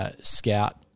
scout